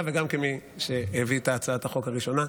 וגם כמי שהביא את הצעת החוק הראשונה,